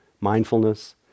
mindfulness